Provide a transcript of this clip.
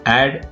add